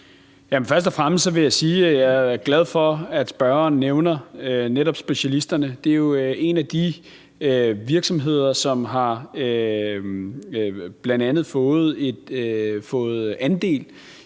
jeg er glad for, at spørgeren nævner netop Specialisterne. Det er jo en af de virksomheder, som bl.a. har fået andel